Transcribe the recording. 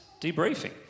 debriefing